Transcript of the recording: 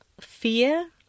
fear